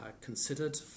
considered